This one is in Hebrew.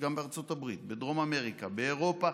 גם בארצות הברית, בדרום אמריקה, באירופה,